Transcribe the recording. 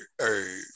hey